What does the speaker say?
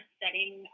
setting